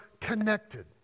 connected